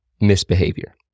misbehavior